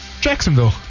Jacksonville